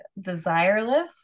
desireless